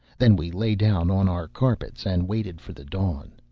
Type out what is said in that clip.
then we lay down on our carpets, and waited for the dawn.